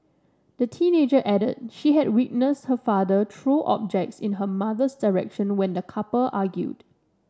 the teenager added she had witnessed her father throw objects in her mother's direction when the couple argued